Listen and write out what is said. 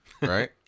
Right